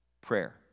Prayer